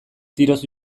tiroz